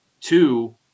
Two